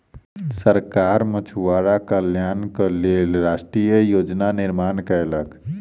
सरकार मछुआरा कल्याणक लेल राष्ट्रीय योजना निर्माण कयलक